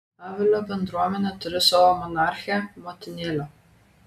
avilio bendruomenė turi savo monarchę motinėlę